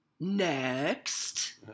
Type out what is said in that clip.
next